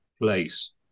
place